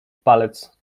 palec